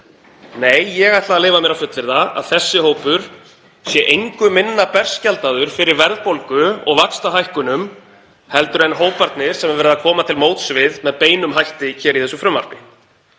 Nei, ég ætla að leyfa mér að fullyrða að þessi hópur sé engu minna berskjaldaður fyrir verðbólgu og vaxtahækkunum en hóparnir sem verið er að koma til móts við með beinum hætti í þessu frumvarpi.